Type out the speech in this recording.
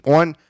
one